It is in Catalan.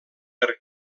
per